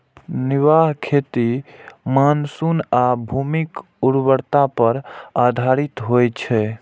निर्वाह खेती मानसून आ भूमिक उर्वरता पर आधारित होइ छै